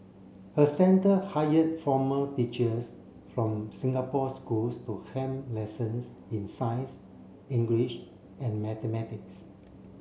her centre hired former teachers from Singapore schools to helm lessons in science English and mathematics